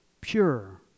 pure